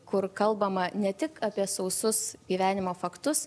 kur kalbama ne tik apie sausus gyvenimo faktus